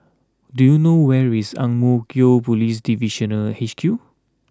do you know where is Ang Mo Kio Police Divisional H Q